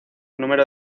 número